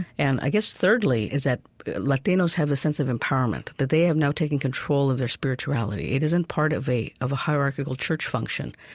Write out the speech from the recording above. and, i guess, thirdly is that latinos have the sense of empowerment. that they have now taken control of their spirituality. it isn't part of a of a hierarchical church function.